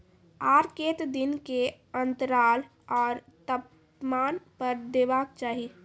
आर केते दिन के अन्तराल आर तापमान पर देबाक चाही?